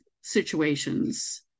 situations